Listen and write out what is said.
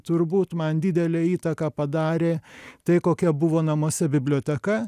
turbūt man didelę įtaką padarė tai kokia buvo namuose biblioteka